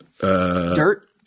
dirt